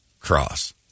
Cross